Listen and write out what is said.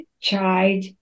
child